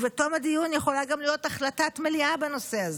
ובתום הדיון יכולה גם להיות החלטת מליאה בנושא הזה.